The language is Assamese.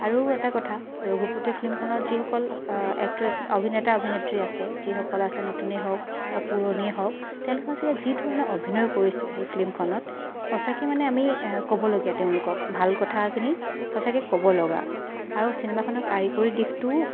আৰু এটা কথা ৰঘুপতি ফিল্মখনত যিসকল এক্ট্ৰেছ অভিনেতা অভিনেত্ৰী আছে যিসকল আছে নতুনেই হওঁক বা পুৰণিয়েই হওঁক তেওঁলোকে সঁচাকে যি ধৰণে অভিনয় কৰিছে সেই ফিল্মখনত সচাঁকে মানে আমি ক'বলগীয়া তেওঁলোকক ভাল কথাখিনি সচাঁকে ক'বলগা আৰু চিনোমাখনৰ কাৰিকৰী দিশতোও